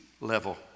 level